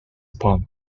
upon